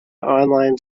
online